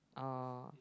oh